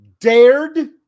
dared